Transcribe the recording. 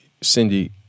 Cindy